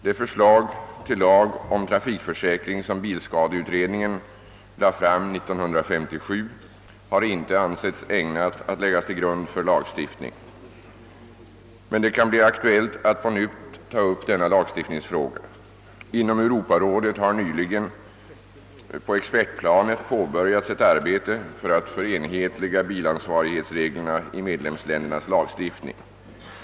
Det förslag till lag om trafikförsäkring som bilskadeutredningen lade fram år 1957 har inte ansetts ägnat att läggas till grund för lagstiftning. Men det kan bli aktuellt att på nytt ta upp denna lagstiftningsfråga. Inom Europarådet har nyligen på expertplanet påbörjats ett arbete på att förenhetliga bilansvarighetsreglerna i medlemsländernas lagstiftning.